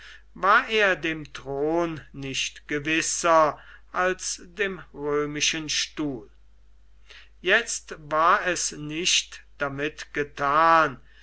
war er dem thron nicht gewisser als dem römischen stuhl jetzt war es nicht damit gethan